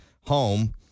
home